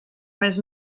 més